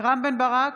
רם בן ברק,